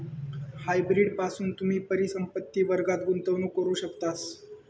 hybrid पासून तुम्ही परिसंपत्ति वर्गात गुंतवणूक करू शकतास